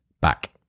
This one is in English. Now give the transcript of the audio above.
back